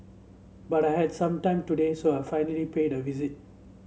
but I had some time today so I finally paid it a visit